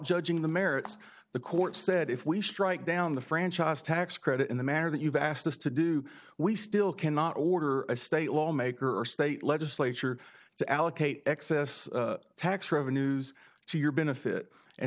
judging the merits the court said if we strike down the franchise tax credit in the manner that you've asked us to do we still cannot order a state lawmaker or state legislature to allocate excess tax revenues to your benefit and